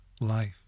life